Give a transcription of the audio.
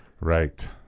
right